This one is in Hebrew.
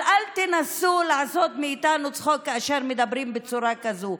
אבל אל תנסו לעשות מאיתנו צחוק כאשר מדברים בצורה כזאת.